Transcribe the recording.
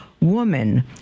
woman